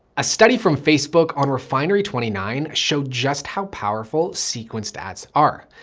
a study from facebook on refinery twenty nine showed just how powerful sequenced ads are.